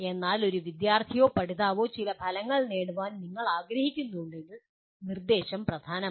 എന്നാൽ ഒരു വിദ്യാർത്ഥിയോ പഠിതാവോ ചില ഫലങ്ങൾ നേടാൻ നിങ്ങൾ ആഗ്രഹിക്കുന്നുവെങ്കിൽ നിർദ്ദേശം പ്രധാനമാണ്